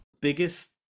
biggest